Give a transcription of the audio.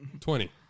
Twenty